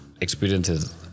experiences